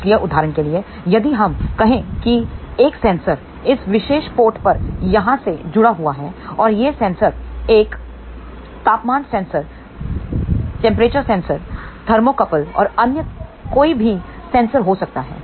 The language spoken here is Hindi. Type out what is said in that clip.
इसलिए उदाहरण के लिए यदि हम कहें कि एक सेंसर इस विशेष पोर्ट पर यहाँ से जुड़ा हुआ है और यह सेंसर एक तापमान सेंसर टेंपरेचर सेंसर थर्मोकपल और अन्य कोई भी सेंसर हो सकता है